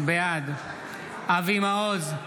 בעד אבי מעוז,